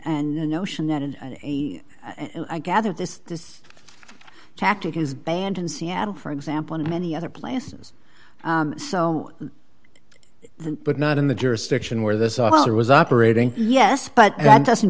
and the notion that it i gather this this tactic is banned in seattle for example in many other places so that but not in the jurisdiction where this officer was operating yes but that doesn't